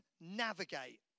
navigate